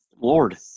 Lord